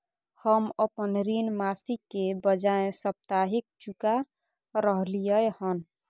हम अपन ऋण मासिक के बजाय साप्ताहिक चुका रहलियै हन